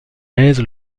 aise